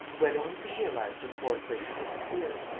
had only to realize them forthwith and disappear.